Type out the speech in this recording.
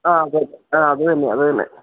ആ അതെ അതെ ആ അത് തന്നെ അത് തന്നെ